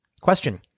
Question